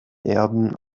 erben